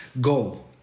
GOAL